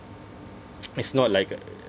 it's not like